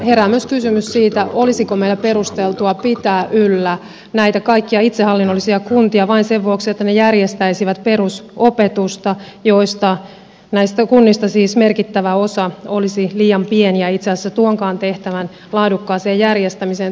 herää myös kysymys siitä olisiko meillä perusteltua pitää yllä näitä kaikkia itsehallinnollisia kuntia vain sen vuoksi että ne järjestäisivät perusopetusta kun kunnista merkittävä osa olisi liian pieniä itse asiassa tuonkaan tehtävän laadukkaaseen järjestämiseen tulevaisuudessa